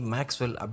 Maxwell